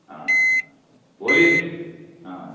अँ भोलि अँ